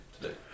today